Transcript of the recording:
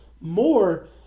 more